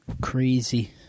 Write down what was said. Crazy